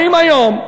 באים היום,